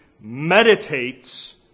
meditates